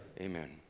Amen